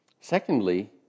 Secondly